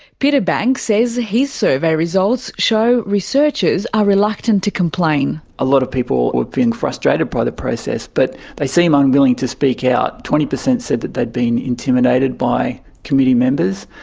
peter banks says his survey results show researchers are reluctant to complain. a lot of people were being frustrated by the process, but they seem unwilling to speak out. twenty percent said that they'd been intimidated by committee members,